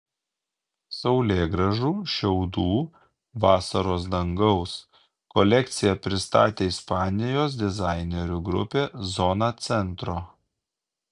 saulėgrąžų šiaudų vasaros dangaus kolekciją pristatė ispanijos dizainerių grupė zona centro